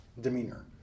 demeanor